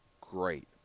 great